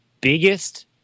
biggest